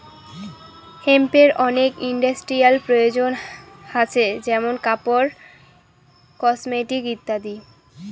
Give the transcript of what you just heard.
হেম্পের অনেক ইন্ডাস্ট্রিয়াল প্রয়োজন হাছে যেমন কাপড়, কসমেটিকস ইত্যাদি